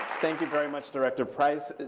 thank you very much, director price.